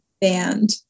band